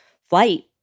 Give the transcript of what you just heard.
flight